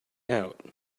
out